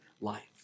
life